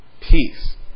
Peace